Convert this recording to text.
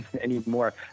anymore